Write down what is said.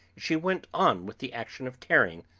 she went on with the action of tearing,